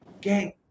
Gang